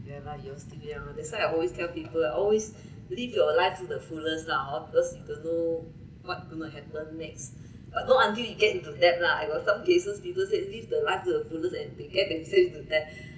yeah lah you all think it's over that's why I always tell people ah always live your life to the fullest lah hor because you don't know what going to happen next but not until you get into debt lah I got some cases people say live the life to the fullest and to get themselves into debt